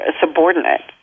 subordinate